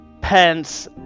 Pence